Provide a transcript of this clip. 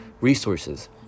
resources